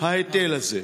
ההיטל הזה.